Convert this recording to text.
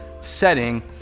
setting